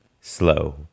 slow